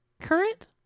current